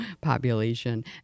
population